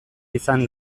izan